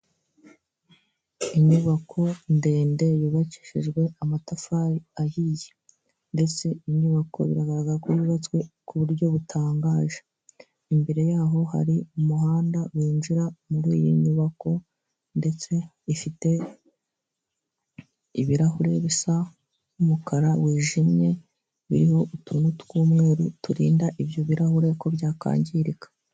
Inyubako ndende yubakishijwe amatafari ahiye ndetse inyubako biragaragara ko yubatswe ku buryo butangaje, imbere yaho hari umuhanda winjira muri iyi nyubako ndetse ifite ibirahure bisa umukara wijimye, biriho utuntu tw'umweru turinda ibyo birarahure ko byakwangirika.